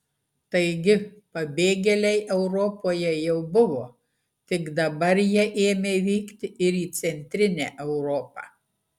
taigi pabėgėliai europoje jau buvo tik dabar jie ėmė vykti ir į centrinę europą